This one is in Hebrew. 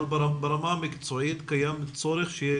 אבל ברמה המקצועית קיים צורך שיהיה